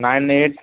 nine eight